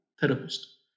therapist